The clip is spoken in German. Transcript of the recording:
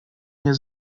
hier